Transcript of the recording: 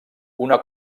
una